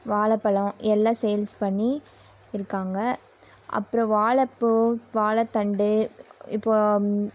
வாழைப் பழம் எல்லாம் சேல்ஸ் பண்ணி இருக்காங்க அப்றம் வாழைப்பூ வாழைத்தண்டு இப்போ